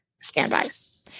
standbys